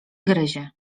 gryzie